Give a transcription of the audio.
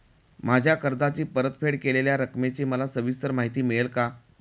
माझ्या कर्जाची परतफेड केलेल्या रकमेची मला सविस्तर माहिती मिळेल का?